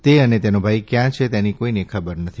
તે અને તેનો ભાઈ ક્યાં છે તેની કોઈ જ ખબર નથી